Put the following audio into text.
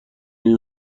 این